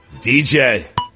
DJ